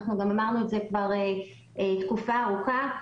אנחנו גם אמרנו את זה כבר תקופה ארוכה,